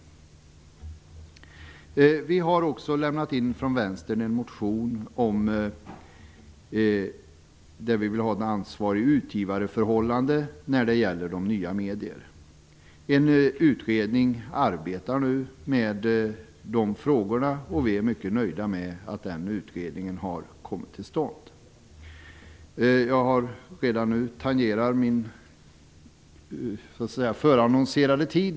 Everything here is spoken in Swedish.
Vi har från Vänstern också lämnat in en motion om ansvarig utgivare när det gäller de nya medierna. En utredning arbetar nu med de frågorna. Vi är mycket nöjda med att den utredningen har kommit till stånd. Jag har redan tangerat min förannonserade tid.